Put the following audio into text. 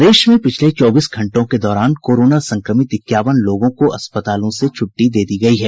प्रदेश में पिछले चौबीस घंटों के दौरान कोरोना संक्रमित इक्यावन लोगों को अस्पतालों से छुट्टी दी गयी है